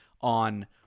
on